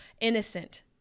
innocent